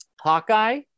hawkeye